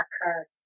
occurred